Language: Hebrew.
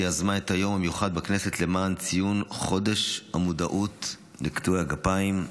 שיזמה את היום המיוחד בכנסת למען ציון חודש המודעות לקטועי הגפיים.